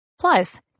Plus